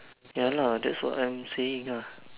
ya lah that's what I saying ah